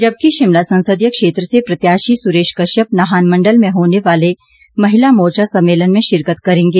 जबकि शिमला संसदीय क्षेत्र से प्रत्याशी सुरेश कश्यप नाहन मंडल में होने वाले महिला मोर्चा सम्मेलन में शिरकत करेंगे